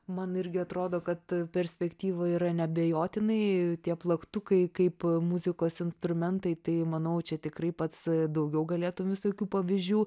man irgi atrodo kad perspektyva yra neabejotinai tie plaktukai kaip muzikos instrumentai tai manau čia tikrai pats daugiau galėtum visokių pavyzdžių